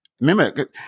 Remember